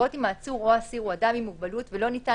לרבות אם העצור או האסיר הוא אדם עם מוגבלות ולא ניתן